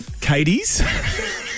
Katie's